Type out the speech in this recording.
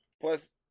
plus